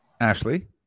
Ashley